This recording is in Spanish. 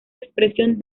expresión